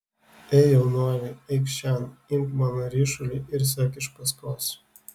ei jaunuoli eikš šen imk mano ryšulį ir sek iš paskos